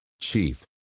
chief